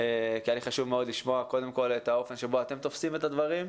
כי היה לי חשוב מאוד לשמוע קודם כל את האופן שבו אתם תופסים את הדברים.